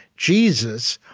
jesus,